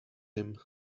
him